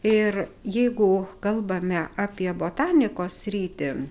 ir jeigu kalbame apie botanikos sritį